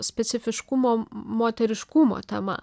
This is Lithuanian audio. specifiškumo moteriškumo tema